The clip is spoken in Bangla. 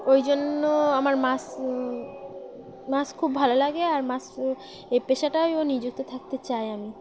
ওই জন্য আমার মাছ মাছ খুব ভালো লাগে আর মাছ এ পেশাটায়ও নিযুক্ত থাকতে চাই আমি